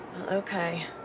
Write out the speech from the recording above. Okay